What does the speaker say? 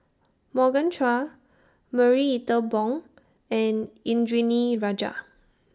Morgan Chua Marie Ethel Bong and Indranee Rajah